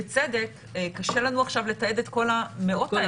בצדק: קשה לנו עכשיו לתעד את כל המאות האלה.